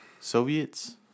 Soviets